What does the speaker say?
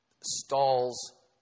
stalls